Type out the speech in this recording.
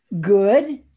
good